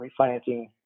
refinancing